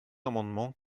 amendement